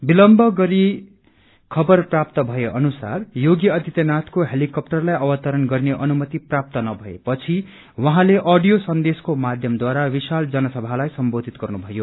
विलम्भ गरी खबर प्राप्त भए अनुसार योगी आदित्यनाथको हेलिकाँप्टरलाई अवतरण गर्ने अनुमति प्राप्त नभए पछि उहाँले अडियो संदेशको माध्यमद्वारा विशाल जनसभालाई सम्बोधित गर्नु भयो